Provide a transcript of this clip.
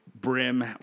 brim